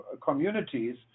communities